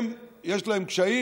הם, יש להם קשיים?